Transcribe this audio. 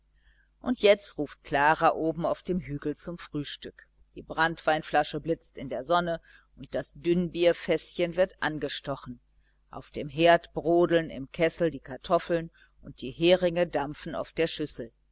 und jetzt ruft klara oben auf dem hügel zum frühstück die branntweinflasche blitzt in der sonne und das dünnbierfäßchen wird angestochen auf dem herd brodeln im kessel die kartoffeln und die heringe dampfen auf der schüssel